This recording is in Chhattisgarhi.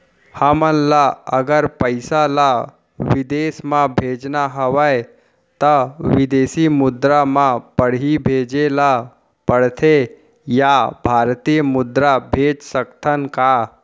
हमन ला अगर पइसा ला विदेश म भेजना हवय त विदेशी मुद्रा म पड़ही भेजे ला पड़थे या भारतीय मुद्रा भेज सकथन का?